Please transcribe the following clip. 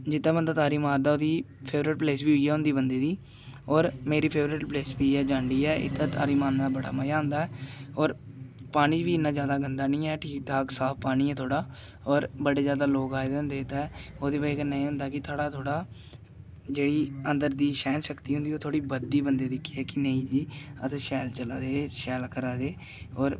जित्थें बंदा तारी मारदा ओह्दी फेवरेट प्लेस बी उ'यै होंदी बंदे दी होर मेरी फेवरेट प्लेस बी जांडी ऐ इत्थें तारी मारने दा बड़ा मज़ा आंदा ऐ होर पानी बी इ'न्ना जादा गंदा निं ऐ ठीक ठाक साफ पानी ऐ थोह्ड़ा होर बड़े जादा लोग आए दे होंदे इत्थें ओह्दी बजह् कन्नै एह् होंदा कि साढ़ा थोह्ड़ा जेह्ड़ी अन्दर दी सैह्नशक्ति होंदी ओह् थोह्ड़ी बधदी बंदे दी कि के नेईं जी अस शैल चला दे शैल करा दे होर बंदे दी